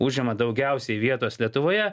užima daugiausiai vietos lietuvoje